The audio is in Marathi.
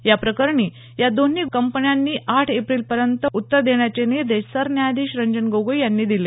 या प्रकरणी या दोन्ही कंपन्यांनी आठ एप्रिलपर्यंत उत्तर देण्याचे निर्देश सरन्यायाधीश रंजन गोगोई यांनी दिले